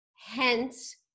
hence